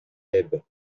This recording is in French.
l’ebe